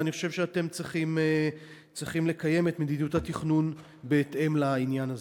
ואני חושב שאתם צריכים לקיים את מדיניות התכנון בהתאם לעניין הזה.